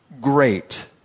great